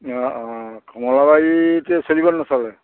অঁ অঁ কমলাবাৰী এতিয়া চলিবনে নচলে